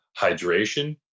hydration